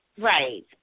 Right